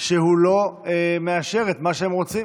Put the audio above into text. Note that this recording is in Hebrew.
שהוא לא מאשר את מה שהם רוצים